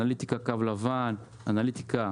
אנליטיקה קו לבן, אנליטיקה